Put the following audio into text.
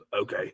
okay